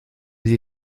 die